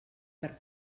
per